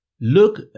Look